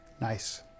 Nice